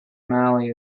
mali